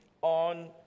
on